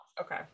Okay